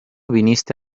viniste